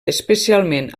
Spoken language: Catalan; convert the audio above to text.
especialment